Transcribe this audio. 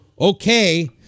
okay